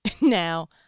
Now